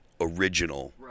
original